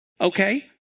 okay